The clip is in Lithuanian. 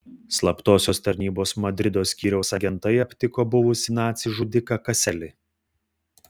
slaptosios tarnybos madrido skyriaus agentai aptiko buvusį nacį žudiką kaselį